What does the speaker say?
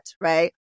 Right